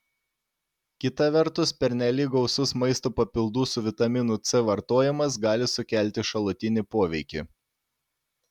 kita vertus pernelyg gausus maisto papildų su vitaminu c vartojimas gali sukelti šalutinį poveikį